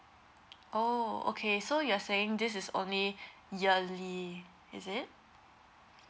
oh okay so you're saying this is only yearly is it